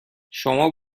شما